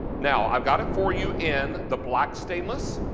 now i've got it for you in the black stainless,